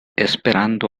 esperando